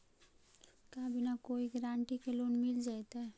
का बिना कोई गारंटी के लोन मिल जीईतै?